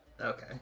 okay